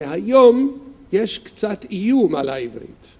והיום יש קצת איום על העברית.